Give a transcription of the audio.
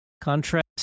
Contrast